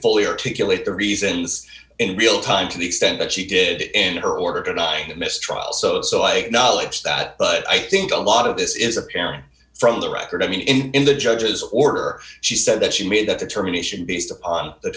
fully articulate the reasons in real time to the extent that she did in her order to not a mistrial so and so i acknowledge that but i think a lot of this is apparent from the record i mean in the judge's order she said that she made that determination based upon the